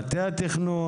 מטה התכנון,